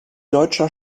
deutscher